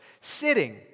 sitting